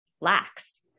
lacks